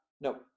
No